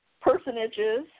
personages